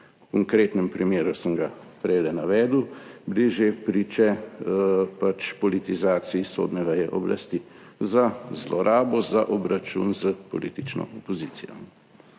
konkretnem primeru, ki sem ga prejle navedel, bili že priče politizaciji sodne veje oblasti za zlorabo, za obračun s politično opozicijo.